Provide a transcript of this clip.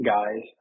Guys